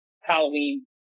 Halloween